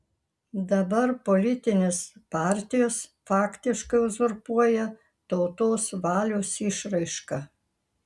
dabar politinės partijos faktiškai uzurpuoja tautos valios išraišką